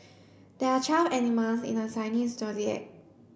there are twelve animals in the Chinese Zodiac